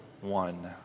one